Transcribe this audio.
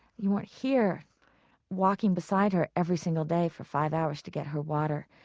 you weren't here walking beside her every single day for five hours to get her water.